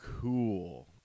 cool